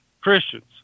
Christians